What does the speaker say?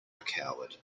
coward